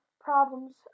problems